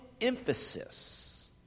emphasis